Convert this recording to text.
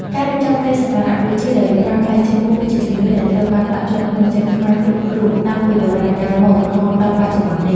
ការរៀបចំគ្រឿងសក្ការៈបូជាដោយប្រើផ្លែឈើរាងមូលគឺជាជំនឿដែលត្រូវបានដក់ជាប់ក្នុងចិត្តខ្មែរគ្រប់រូបតាំងពីបុរាណកាលមករហូតដល់បច្ចុប្បន្ននេះ។